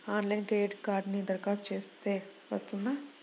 ఆన్లైన్లో క్రెడిట్ కార్డ్కి దరఖాస్తు చేస్తే వస్తుందా?